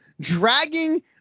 dragging